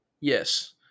Yes